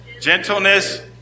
gentleness